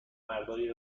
مردای